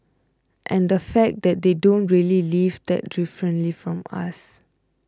and the fact that they don't really live that differently from us